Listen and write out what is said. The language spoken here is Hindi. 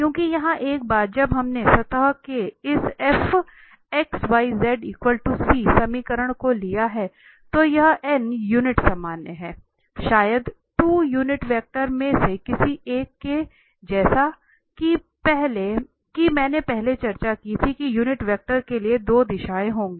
क्योंकि यहां एक बार जब हमने सतह के इस fxyz C समीकरण को ले लिया है तो यह यूनिट सामान्य है शायद 2 यूनिट वेक्टर में से किसी एक के जैसा कि मैंने पहले चर्चा की थी कि यूनिट वेक्टर के लिए 2 दिशाएं होंगी